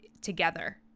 together